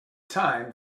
time